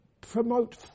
promote